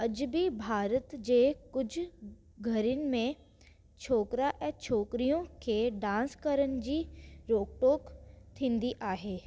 अॼु बि भारत जे कुझु घरनि में छोकिरा ऐं छोकिरियूं खे ॾांस करण जी रोकटोक थींदी आहे